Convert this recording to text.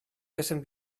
wessen